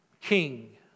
king